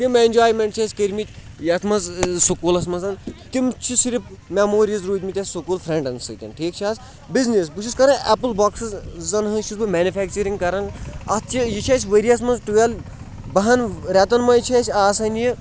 تِم اٮ۪نٛجایمٮ۪نٹ چھِ اَسہِ کٔرۍمٕتۍ یَتھ منٛز سکوٗلَس منٛز تِم چھِ صرف مٮ۪موریٖز روٗدۍمٕتۍ اَسہِ سکوٗل فرٛینڈن سۭتۍ ٹھیٖک چھِ حظ بِزنِس بہٕ چھُس کران اٮ۪پٕل بۄکسٕزن ہٕنٛز چھُس بہٕ مٮ۪نفیکچرِنٛگ کَران اَتھ چھِ یہِ چھِ أسۍ ؤرِیَس منٛز ٹُوٮ۪ل بہن رٮ۪تن منٛز چھِ أسۍ آسان یہِ